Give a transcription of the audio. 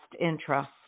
interest